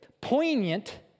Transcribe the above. poignant